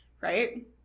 right